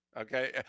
okay